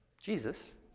Jesus